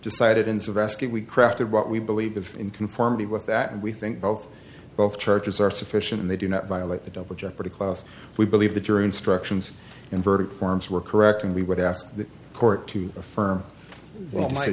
decided ins of asking we crafted what we believe is in conformity with that and we think both both churches are sufficient and they do not violate the double jeopardy clause we believe the jury instructions and verdict forms were correct and we would ask the court to affirm